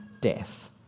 death